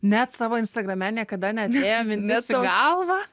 net savo instagrame niekada neatėjo mintis į galvą